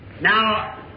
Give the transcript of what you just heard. Now